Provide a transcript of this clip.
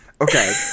okay